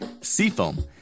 Seafoam